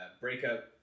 breakup